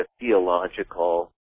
theological